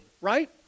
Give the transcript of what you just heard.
right